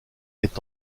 est